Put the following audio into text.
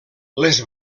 les